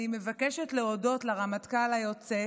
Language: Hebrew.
אני מבקשת להודות לרמטכ"ל היוצא